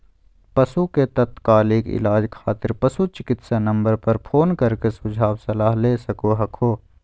पशु के तात्कालिक इलाज खातिर पशु चिकित्सा नम्बर पर फोन कर के सुझाव सलाह ले सको हखो